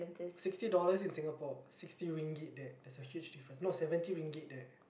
sixty dollars in Singapore sixty ringgit there that's a huge difference no seventy ringgit there